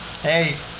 Hey